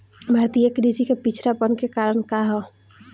भारतीय कृषि क पिछड़ापन क कारण का ह?